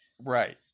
Right